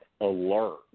alert